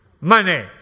money